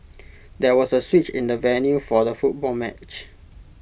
there was A switch in the venue for the football match